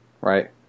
right